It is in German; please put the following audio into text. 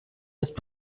ist